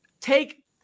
take